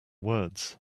words